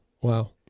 Wow